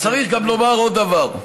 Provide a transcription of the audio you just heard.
צריך גם לומר עוד דבר: